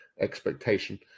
expectation